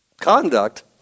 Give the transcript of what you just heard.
conduct